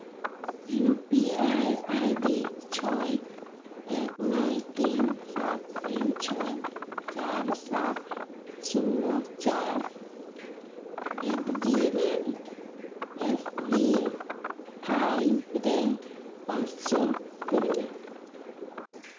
U P I ID ᱪᱷᱚᱭ ᱮᱠ ᱱᱚᱭ ᱛᱤᱱ ᱥᱟᱛ ᱛᱤᱱ ᱪᱷᱚᱭ ᱪᱟᱨ ᱥᱟᱛ ᱥᱩᱱᱱᱚ ᱪᱟᱨ eight Gmail S B I ᱨᱮ ᱯᱟᱸᱪᱥᱳ ᱠᱩᱞ ᱢᱮ